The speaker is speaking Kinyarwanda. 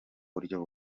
buryo